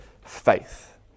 faith